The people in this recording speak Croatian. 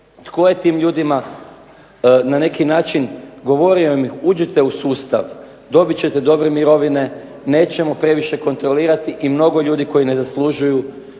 tko je tim ljudima na neki način govorio im uđite u sustav, dobit ćete dobre mirovine, nećemo previše kontrolirati i mnogo ljudi koji ne zaslužuju